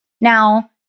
Now